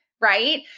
right